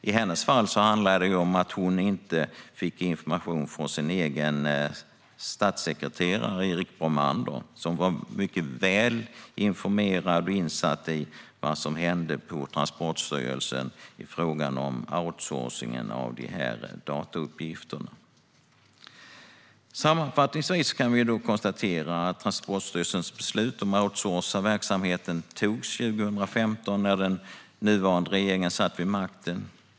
I hennes fall handlar det om att hon inte fick information från sin egen statssekreterare, Erik Bromander, som var mycket väl informerad om och insatt i vad som hände på Transportstyrelsen i fråga om outsourcingen av datauppgifterna. Sammanfattningsvis kan vi konstatera att Transportstyrelsens beslut om att outsourca it-verksamheten togs 2015, när den nuvarande regeringen satt vid makten.